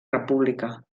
república